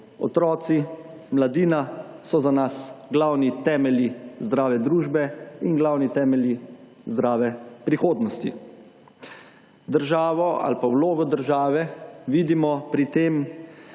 otroci, mladina, so za nas glavni temelji zdrave družbe in glavni temelji zdrave prihodnosti. Državo ali pa vlogo države vidimo pri tem